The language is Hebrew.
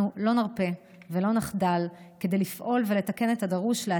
אנחנו לא נרפה ולא נחדל לפעול ולתקן את הדרוש כדי